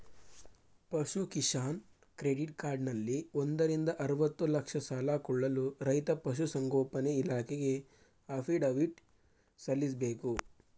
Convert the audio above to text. ಪಶು ಕಿಸಾನ್ ಕ್ರೆಡಿಟ್ ಕಾರ್ಡಲ್ಲಿ ಒಂದರಿಂದ ಅರ್ವತ್ತು ಲಕ್ಷ ಸಾಲ ಕೊಳ್ಳಲು ರೈತ ಪಶುಸಂಗೋಪನೆ ಇಲಾಖೆಗೆ ಅಫಿಡವಿಟ್ ಸಲ್ಲಿಸ್ಬೇಕು